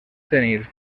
tenir